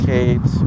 Kate